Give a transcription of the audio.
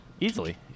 Easily